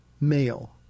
male